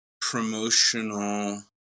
promotional